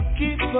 keep